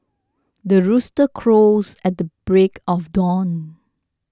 the rooster crows at the break of dawn